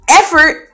effort